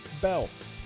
belts